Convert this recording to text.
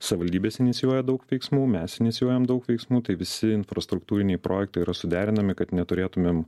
savivaldybės inicijuoja daug veiksmų mes inicijuojame daug veiksmų tai visi infrastruktūriniai projektai yra suderinami kad neturėtumėm